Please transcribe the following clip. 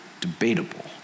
debatable